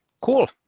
cool